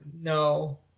no